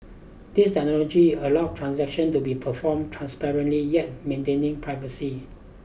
this technology allows transactions to be performed transparently yet maintaining privacy